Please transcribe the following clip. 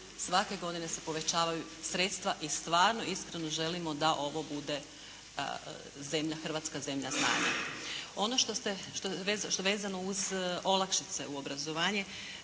Svake godine se povećavaju sredstva i stvarno iskreno želimo da ovo bude zemlja, hrvatska zemlja znanja. Ono što ste, što vezano uz olakšice u obrazovanje,